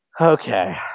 Okay